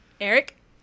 Eric